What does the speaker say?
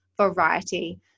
variety